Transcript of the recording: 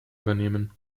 übernehmen